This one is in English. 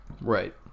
right